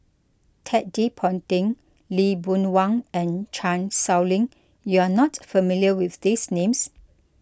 Ted De Ponti Lee Boon Wang and Chan Sow Lin you are not familiar with these names